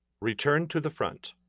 return to the front.